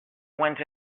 went